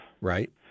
Right